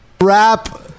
Wrap